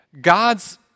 God's